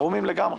ערומים לגמרי.